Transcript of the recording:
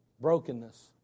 Brokenness